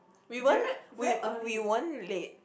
we weren't we we weren't late